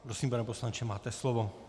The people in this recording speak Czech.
Prosím, pane poslanče, máte slovo.